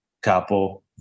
Capo